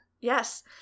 Yes